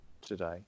today